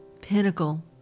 pinnacle